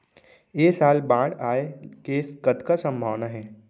ऐ साल बाढ़ आय के कतका संभावना हे?